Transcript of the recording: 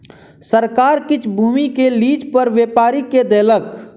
सरकार किछ भूमि के लीज पर व्यापारी के देलक